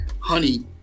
honey